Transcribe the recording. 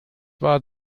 war